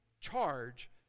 charge